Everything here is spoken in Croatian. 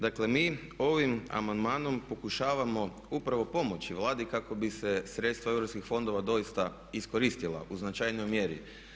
Dakle, mi ovim amandmanom pokušavamo upravo pomoći Vladi kako bi se sredstva EU fondova doista iskoristila u značajnijoj mjeri.